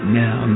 now